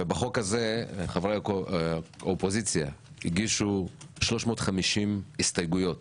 ובחוק הזה, חברי האופוזיציה הגישו 350 הסתייגויות